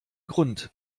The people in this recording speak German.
grund